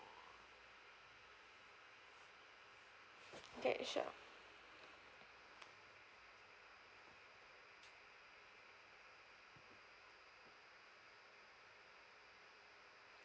okay sure